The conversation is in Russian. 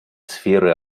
сферы